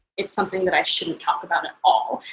it's something that i shouldn't talk about at all.